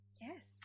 Yes